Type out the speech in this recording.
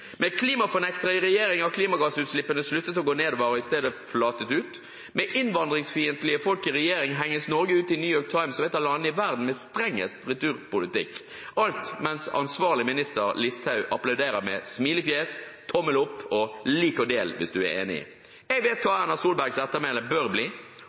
Med klimafornektere i regjering har klimagassutslippene sluttet å gå nedover og i stedet flatet ut. Med innvandringsfiendtlige folk i regjering henges Norge ut i New York Times som et av landene i verden med strengest returpolitikk – alt mens ansvarlig minister Listhaug applauderer med smilefjes, tommel opp og lik og del hvis du er enig. Jeg vet hva Erna Solbergs ettermæle bør bli: